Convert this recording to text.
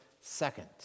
second